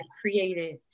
created